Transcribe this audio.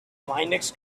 linux